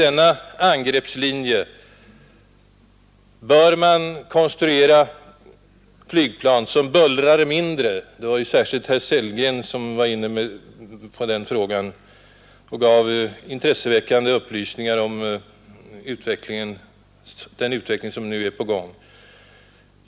Detta grepp innebär att man söker konstruera flygplan som bullrar mindre — det var herr Sellgren som var inne på den frågan och gav intresseväckande upplysningar om den utveckling som nu är på väg.